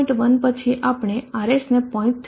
1 પછી આપણે RS ને 0